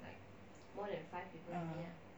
ah